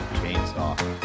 chainsaw